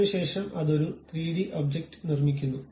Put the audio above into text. അതിനുശേഷം അത് ഒരു 3D ഒബ്ജക്റ്റ് നിർമ്മിക്കുന്നു